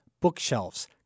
Bookshelves